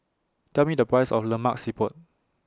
Tell Me The Price of Lemak Siput